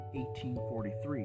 1843